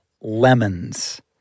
lemons